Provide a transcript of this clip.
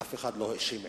אף אחד לא האשים עדה.